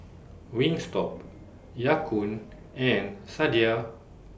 Wingstop Ya Kun and Sadia